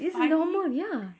it's normal ya